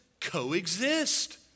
coexist